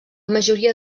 majoria